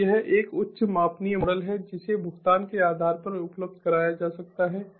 तो यह एक उच्च मापनीय मॉडल है जिसे भुगतान के आधार पर उपलब्ध कराया जा सकता है